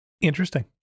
Interesting